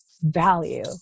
value